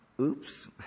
Oops